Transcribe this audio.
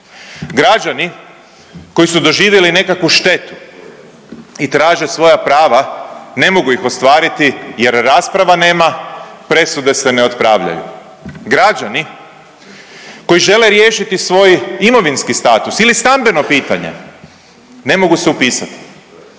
Građani koji su doživjeli nekakvu štetu i traže svoja prava, ne mogu ih ostvariti jer rasprava nema, presude se ne otpravljaju. Građani koji žele riješiti svoj imovinski status ili stambeno pitanje ne mogu se upisati,